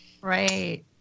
Right